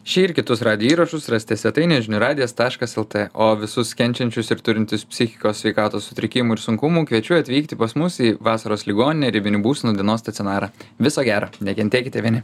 šį ir kitus radijo įrašus rasite svetainėje žinių radijas taškas lt o visus kenčiančius ir turintys psichikos sveikatos sutrikimų ir sunkumų kviečiu atvykti pas mus į vasaros ligoninę ribinių būsenų dienos stacionarą viso gero nekentėkite vieni